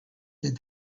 that